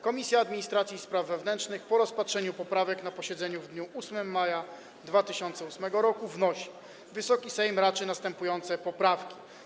Komisja Administracji i Spraw Wewnętrznych po rozpatrzeniu poprawek na posiedzeniu w dniu 8 maja 2018 r. wnosi, aby Wysoki Sejm raczył następujące poprawki.